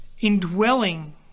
indwelling